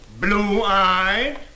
Blue-eyed